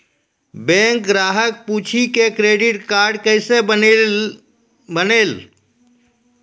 Bank ग्राहक पुछी की क्रेडिट कार्ड केसे बनेल?